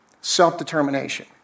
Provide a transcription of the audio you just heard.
Self-determination